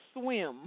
Swim